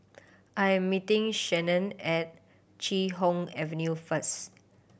I am meeting Shannon at Chee Hoon Avenue first